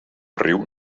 riu